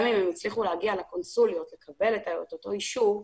גם אם הם הצליחו להגיע לקונסוליות ולקבל את אותו אישור,